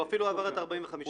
הוא אפילו עבר את ה-45 יום.